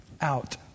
out